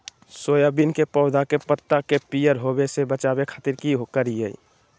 Soybean के पौधा के पत्ता के पियर होबे से बचावे खातिर की करिअई?